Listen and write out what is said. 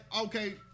okay